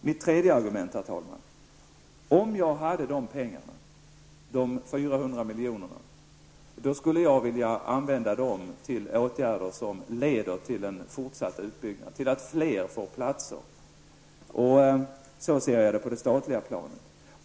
Mitt tredje argument är: Om jag hade dessa 400 milj.kr., skulle jag vilja använda dem till åtgärder som leder till en fortsatt utbyggnad, så att fler barn kan få plats. Så är min syn när det gäller det statliga planet.